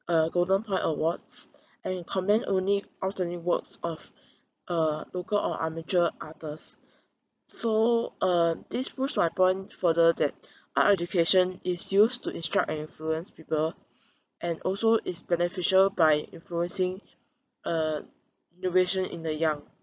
uh golden point awards and commend only outstanding works of uh local or amateur authors so uh this proves my point further that art education is used to instruct and influence people and also is beneficial by influencing uh innovation in the young